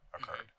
occurred